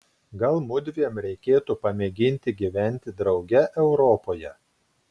gal mudviem reikėtų pamėginti gyventi drauge europoje